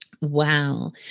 Wow